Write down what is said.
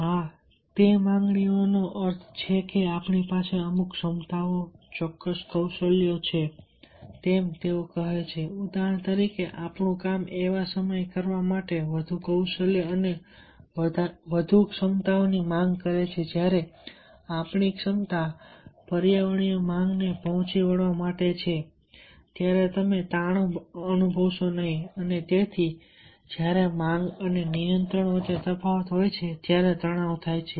આ તે માંગણીઓનો અર્થ છે કે આપણી પાસે અમુક ક્ષમતાઓ ચોક્કસ કૌશલ્યો છે તેમ તેઓ કહે છે ઉદાહરણ તરીકે આપણું કામ એવા સમયે કરવા માટે વધુ કૌશલ્ય અને વધુ ક્ષમતાઓની માંગ કરે છે જ્યારે આપણી ક્ષમતા પર્યાવરણીય માંગને પહોંચી વળવા માટે છે ત્યારે તમે તાણ અનુભવશે નહીં અને તેથી જ્યારે માંગ અને નિયંત્રણ વચ્ચે તફાવત હોય ત્યારે તણાવ થાય છે